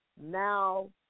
Now